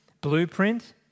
blueprint